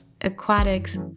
aquatics